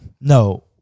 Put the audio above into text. No